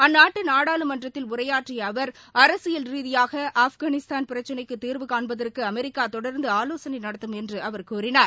அந்நாட்டு நாடாளுமன்றத்தில் உரையாற்றிய அவா் அரசியல் பிரச்சினைக்கு தீர்வு காண்பதற்கு அமெரிக்கா தொடர்ந்து ஆலோசனை நடத்தும் என்று அவர் கூறினார்